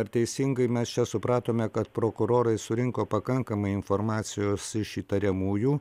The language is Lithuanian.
ar teisingai mes čia supratome kad prokurorai surinko pakankamai informacijos iš įtariamųjų